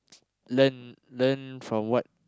learn learn from what